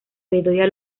bedoya